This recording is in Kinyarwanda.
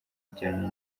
bijyanye